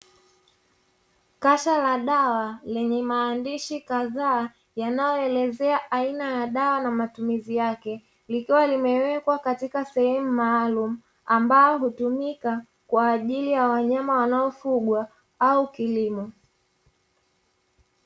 Kasha la dawa lenye maandishi kadhaa yanayyoelezea aina ya dawa na matumizi yake, likiwa limwekwa katika sehemu maalumu ambao hutumika kwajili ya wanyama wanaofugwa au kilimo.